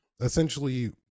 essentially